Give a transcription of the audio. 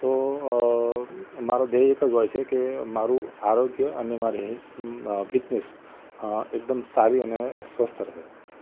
તો મારો ધ્યેય એક જ હોય છે કે મારું આરોગ્ય અને મારી ફિટનેસ એકદમ સારી અને સ્વસ્થ રહે